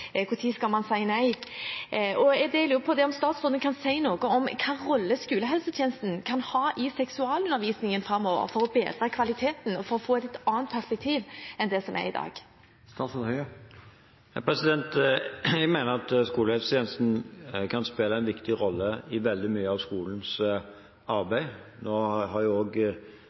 skal man si nei. Jeg lurer på om statsråden kan si noe om hvilken rolle skolehelsetjenesten kan ha i seksualundervisningen framover for å bedre kvaliteten og for å få et litt annet perspektiv enn det som er i dag. Jeg mener at skolehelsetjenesten kan spille en viktig rolle i veldig mye av skolens arbeid. Nå har